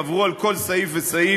עברו על כל סעיף וסעיף,